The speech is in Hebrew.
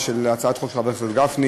וגם הצעת החוק של חבר הכנסת גפני,